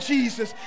Jesus